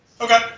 Okay